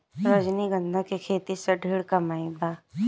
रजनीगंधा के खेती से ढेरे कमाई बा